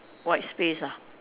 white space ah